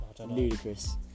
ludicrous